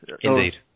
Indeed